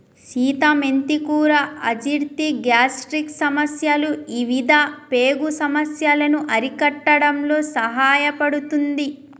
సీత మెంతి కూర అజీర్తి, గ్యాస్ట్రిక్ సమస్యలు ఇవిధ పేగు సమస్యలను అరికట్టడంలో సహాయపడుతుంది